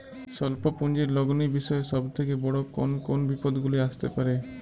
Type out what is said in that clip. স্বল্প পুঁজির লগ্নি বিষয়ে সব থেকে বড় কোন কোন বিপদগুলি আসতে পারে?